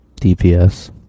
DPS